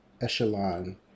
echelon